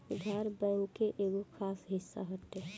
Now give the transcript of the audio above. उधार, बैंक के एगो खास हिस्सा हटे